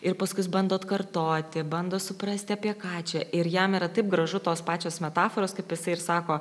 ir paskui jis bando atkartoti bando suprasti apie ką čia ir jam yra taip gražu tos pačios metaforos kaip jisai ir sako